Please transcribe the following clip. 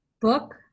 book